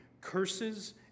curses